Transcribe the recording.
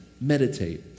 Meditate